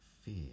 fear